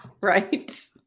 right